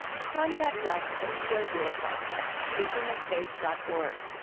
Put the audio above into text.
contact us and share your thoughts at speakingoffaith dot org.